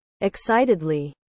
Excitedly